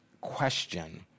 question